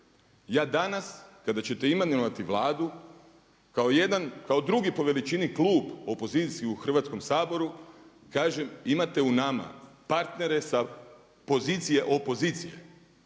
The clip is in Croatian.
Ja danas kada ćete imenovati Vladu kao jedan, kao drugi po veličini klub opozicijski u Hrvatskom saboru kažem imate u nama partnere sa pozicije opozicije